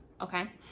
okay